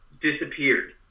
disappeared